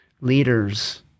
leaders